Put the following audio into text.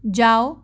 जाओ